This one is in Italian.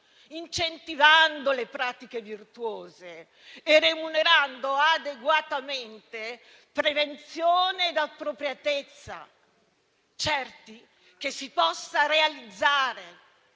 incentivando le pratiche virtuose e remunerando adeguatamente prevenzione e appropriatezza, certi che si possa realizzare,